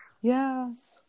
Yes